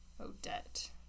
Odette